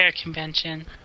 convention